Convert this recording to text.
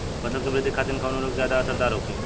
फसल के वृद्धि खातिन कवन उर्वरक ज्यादा असरदार होखि?